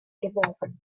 geworfen